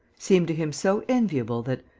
seemed to him so enviable that,